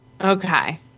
Okay